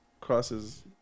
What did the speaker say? Crosses